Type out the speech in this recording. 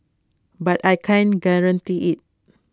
but I can't guarantee IT